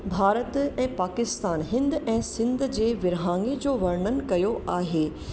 भारत ऐं पाकिस्तान हिंद ऐं सिंध जी विरिहाङे जो वर्णन कयो आहे